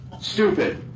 stupid